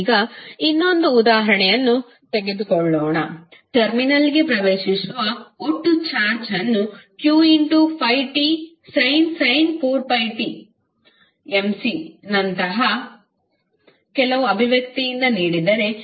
ಈಗ ಇನ್ನೊಂದು ಉದಾಹರಣೆಯನ್ನು ತೆಗೆದುಕೊಳ್ಳೋಣ ಟರ್ಮಿನಲ್ಗೆ ಪ್ರವೇಶಿಸುವ ಒಟ್ಟು ಚಾರ್ಜ್ನ ಅನ್ನು q5tsin 4t mC ನಂತಹ ಕೆಲವು ಅಭಿವ್ಯಕ್ತಿಯಿಂದ ನೀಡಿದರೆ